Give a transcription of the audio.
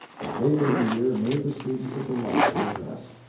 but later in the year made the students a delightful address.